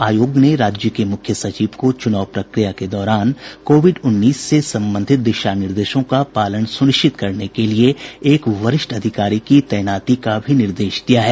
आयोग ने राज्य के मुख्य सचिव को चुनाव प्रक्रिया के दौरान कोविड उन्नीस से संबंधित दिशा निर्देशों का पालन सुनिश्चित करने के लिए एक वरिष्ठ अधिकारी की तैनाती का भी निर्देश दिया है